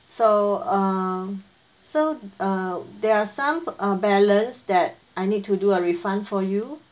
so uh so uh there are some uh balance that I need to do a refund for you